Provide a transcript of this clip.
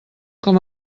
com